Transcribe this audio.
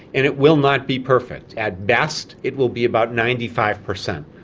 and it will not be perfect. at best it will be about ninety five percent.